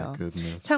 goodness